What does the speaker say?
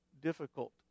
difficult